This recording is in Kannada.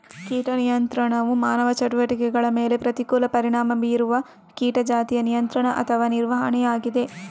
ಕೀಟ ನಿಯಂತ್ರಣವು ಮಾನವ ಚಟುವಟಿಕೆಗಳ ಮೇಲೆ ಪ್ರತಿಕೂಲ ಪರಿಣಾಮ ಬೀರುವ ಕೀಟ ಜಾತಿಯ ನಿಯಂತ್ರಣ ಅಥವಾ ನಿರ್ವಹಣೆಯಾಗಿದೆ